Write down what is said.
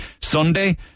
Sunday